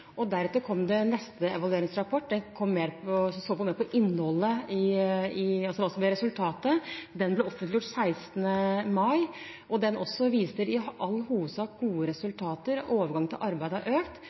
forutsetningene. Deretter kom neste evalueringsrapport. Den så mer på innholdet, på hva som ble resultatet. Den ble offentliggjort 16. mai. Den viser i all hovedsak også gode resultater, at overgang til arbeid har økt. Samtidig påpeker den også